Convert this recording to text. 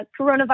coronavirus